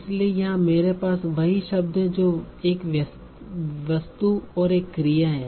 इसलिए यहाँ मेरे पास वही शब्द है जो एक वस्तु और एक क्रिया है